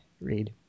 read